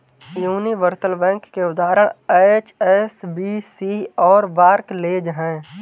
universal bank के उदाहरण HSBC और बार्कलेज हैं